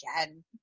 again